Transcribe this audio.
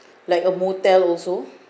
like a motel also